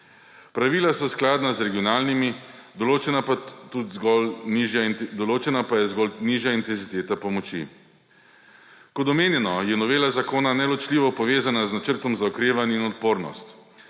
Pravila so skladna z regionalnimi, določena pa je zgolj nižja intenziteta pomoči. Kot omenjeno je novela zakona neločljivo povezana z Načrtom za okrevanje in odpornost.